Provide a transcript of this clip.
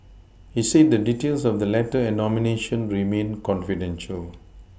he said the details of the letter and nomination remain confidential